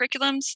curriculums